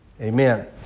Amen